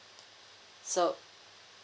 so